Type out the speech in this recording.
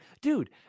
dude